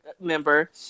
member